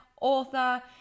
author